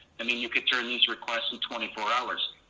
i mean you could turn these requests in twenty four hours.